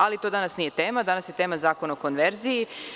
Ali, to danas nije tema, danas je tema Zakon o konverziji.